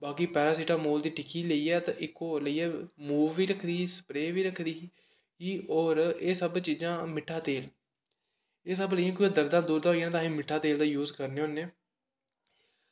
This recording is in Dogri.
बाकी पैरासिटामोल दी टिक्की लेइयै ते इक होर लेइयै मूव बी रक्खी दी ही स्प्रे बी रक्खी दी ही होर एह् सब चीज़ां मिट्ठा तेल एह् सब कोई दर्दां दुर्दां होई जान ते अस मिट्ठा तेल दा यूज करने होन्ने आं